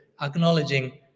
acknowledging